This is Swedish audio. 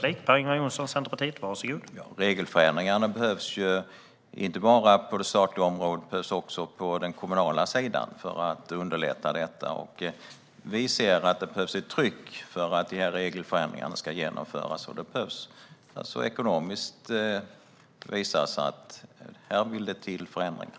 Herr talman! Regelförändringarna behövs ju inte bara på det statliga området utan också på den kommunala sidan för att underlätta detta. Vi ser att det behövs ett tryck för att regelförändringarna ska genomföras, och det måste ekonomiskt visas att det vill till förändringar.